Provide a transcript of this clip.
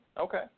okay